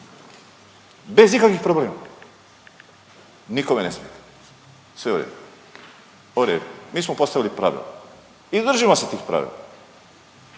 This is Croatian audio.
bez ikakvih problema. Nikome ne smeta sve u redu. Mi smo postavili pravila i držimo se tih pravila.